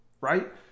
right